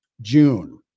June